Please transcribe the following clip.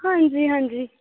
आं जी आं जी